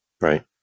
Right